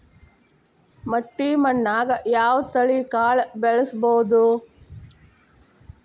ಮಟ್ಟಿ ಮಣ್ಣಾಗ್, ಯಾವ ತಳಿ ಕಾಳ ಬೆಳ್ಸಬೋದು?